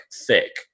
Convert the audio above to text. thick